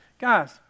Guys